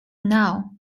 now